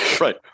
Right